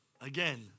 again